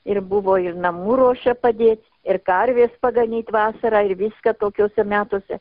ir buvo ir namų ruoša padėt ir karves paganyt vasarą ir viską tokiuose metuose